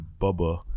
Bubba